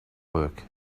work